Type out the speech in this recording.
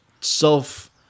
self